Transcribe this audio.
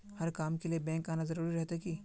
हर काम के लिए बैंक आना जरूरी रहते की?